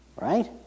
right